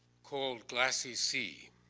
called glassy sea.